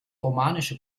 romanische